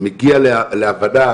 מגיע להבנה,